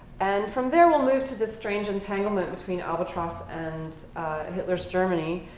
and from there we'll move to the strange entanglement between albatross and hitler's germany,